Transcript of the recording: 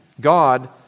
God